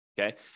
Okay